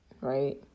right